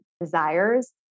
desires